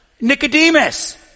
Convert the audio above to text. Nicodemus